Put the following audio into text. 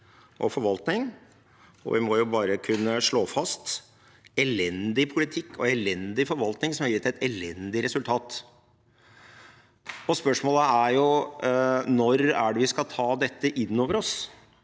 og forvaltning, og vi må bare kunne slå fast at en elendig politikk og en elendig forvaltning har gitt et elendig resultat. Og spørsmålet er: Når skal vi ta dette inn over oss?